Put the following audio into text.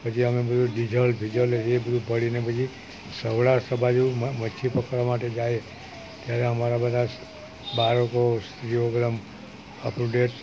પછી અમે બધુ ડીઝલ બિઝલ એ જે બધું ઉપાડીને પછી સૌરાષ્ટ્ર બાજુ મચ્છી પકડવા માટે જઇએ ત્યારે અમારા બધાં બાળકો સ્ત્રીઓ બધાં અપટુડેટ